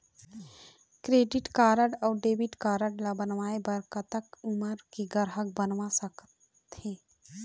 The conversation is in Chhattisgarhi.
क्रेडिट कारड अऊ डेबिट कारड ला बनवाए बर कतक उमर के ग्राहक बनवा सका थे?